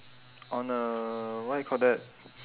on a what we call that